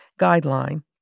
Guideline